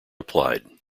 applied